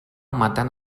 matant